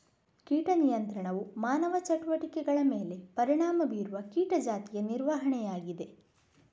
ಕೀಟ ನಿಯಂತ್ರಣವು ಮಾನವ ಚಟುವಟಿಕೆಗಳ ಮೇಲೆ ಪರಿಣಾಮ ಬೀರುವ ಕೀಟ ಜಾತಿಯ ನಿರ್ವಹಣೆಯಾಗಿದೆ